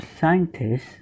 scientists